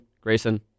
Grayson